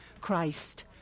Christ